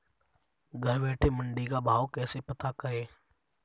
घर बैठे मंडी का भाव कैसे पता करें?